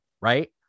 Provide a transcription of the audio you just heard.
right